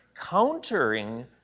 countering